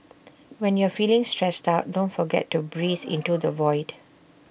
when you are feeling stressed out don't forget to breathe into the void